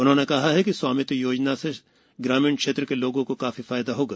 उन्होंने कहा कि स्वामित्व योजना से ग्रामीण क्षेत्र के लोगों को काफी फायदा होगा